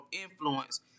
influence